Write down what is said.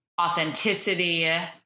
authenticity